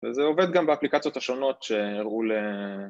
‫וזה עובד גם באפליקציות השונות ‫שהראו ל...